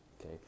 okay